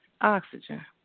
Oxygen